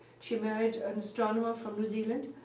she married an astronomer from new zealand.